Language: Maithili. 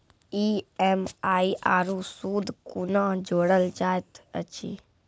ई.एम.आई आरू सूद कूना जोड़लऽ जायत ऐछि?